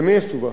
למי יש תשובה?